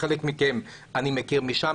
חלק מכם אני מכיר משם,